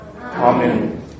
Amen